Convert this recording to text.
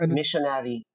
missionary